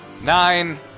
Nine